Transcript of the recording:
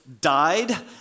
died